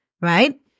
right